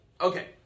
okay